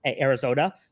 Arizona